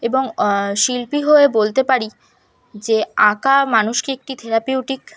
এবং শিল্পী হয়ে বলতে পারি যে আঁকা মানুষকে একটি থেরাপিউটিক